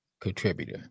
contributor